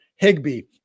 Higby